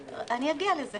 ואז נעבור להצעות לסדר.